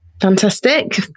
Fantastic